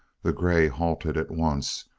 the grey halted at once,